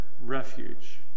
refuge